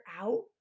out